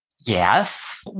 Yes